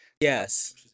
yes